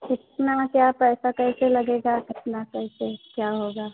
कितना क्या पैसा कैसे लगेगा कितना कैसे क्या होगा